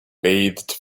bathed